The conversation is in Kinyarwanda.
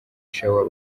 shower